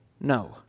no